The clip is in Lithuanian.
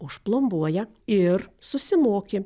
užplombuoja ir susimoki